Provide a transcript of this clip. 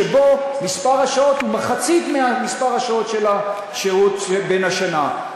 שבו מספר השעות הוא מחצית ממספר השעות של השירות בן השנה.